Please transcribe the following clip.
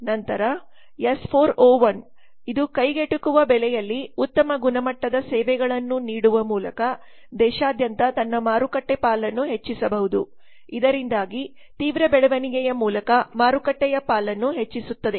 ನಂತರ S 4 O 1 ಇದುಕೈಗೆಟುಕುವ ಬೆಲೆಯಲ್ಲಿ ಉತ್ತಮ ಗುಣಮಟ್ಟದ ಸೇವೆಗಳನ್ನು ನೀಡುವ ಮೂಲಕ ದೇಶಾದ್ಯಂತ ತನ್ನ ಮಾರುಕಟ್ಟೆ ಪಾಲನ್ನುಹೆಚ್ಚಿಸಬಹುದು ಇದರಿಂದಾಗಿ ತೀವ್ರಬೆಳವಣಿಗೆಯಮೂಲಕ ಮಾರುಕಟ್ಟೆ ಪಾಲನ್ನು ಹೆಚ್ಚಿಸುತ್ತದೆ